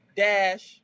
dash